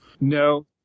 No